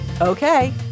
Okay